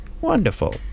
Wonderful